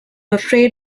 afraid